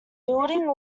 building